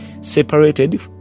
separated